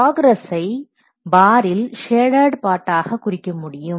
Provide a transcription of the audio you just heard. ப்ராக்ரஸ்ஸை பாரில் ஷேடட் பார்ட்டாக ஆக குறிக்க முடியும்